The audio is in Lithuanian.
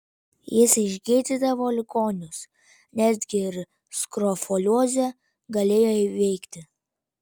jis išgydydavo ligonius netgi ir skrofuliozę galėjo įveikti